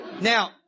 Now